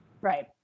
Right